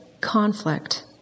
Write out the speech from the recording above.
conflict